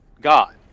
God